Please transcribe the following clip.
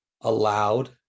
allowed